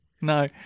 No